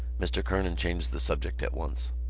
mr. kernan changed the subject at once.